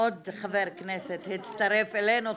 עוד חבר כנסת הצטרף אלינו,